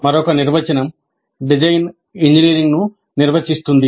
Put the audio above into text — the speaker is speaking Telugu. మరొక నిర్వచనం డిజైన్ ఇంజనీరింగ్ను నిర్వచిస్తుంది